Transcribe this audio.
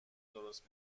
درست